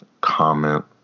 comment